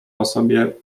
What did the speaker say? osobie